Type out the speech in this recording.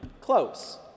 Close